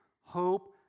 hope